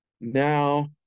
now